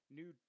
new